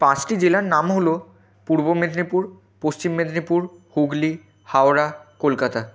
পাঁচটি জেলার নাম হলো পূর্ব মেদিনীপুর পশ্চিম মেদিনীপুর হুগলি হাওড়া কলকাতা